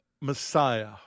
Messiah